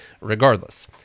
regardless